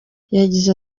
yagize